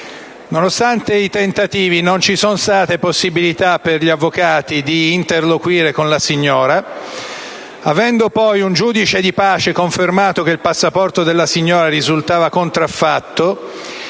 Nonostante i tentativi, non ci sono state possibilità per gli avvocati di interloquire con la signora. Avendo poi un giudice di pace confermato che il passaporto della signora risultava contraffatto,